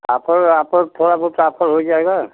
आपको आपको थोड़ा बहुत हो जाएगा